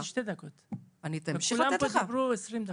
דיברתי שתי דקות, וכולם פה דיברו 20 דקות.